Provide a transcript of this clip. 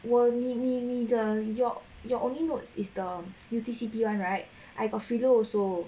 world 你你你的 your your only notes is the U_T_C_P [one] right I got freedo also